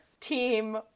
team